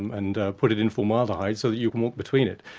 and put it in formaldehyde so that you can walk between it,